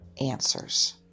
answers